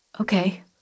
Okay